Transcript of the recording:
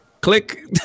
click